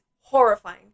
horrifying